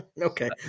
Okay